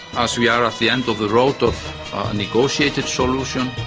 as we are at the end of the road of a negotiated solution,